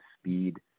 speed